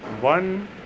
one